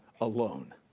alone